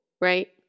Right